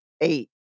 eight